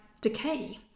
decay